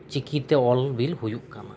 ᱪᱤᱠᱤᱛᱮ ᱚᱞ ᱵᱤᱞ ᱦᱩᱭᱩᱜ ᱠᱟᱱᱟ